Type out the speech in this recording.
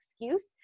excuse